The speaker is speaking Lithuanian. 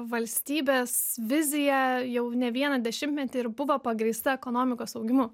valstybės vizija jau ne vieną dešimtmetį ir buvo pagrįsta ekonomikos augimu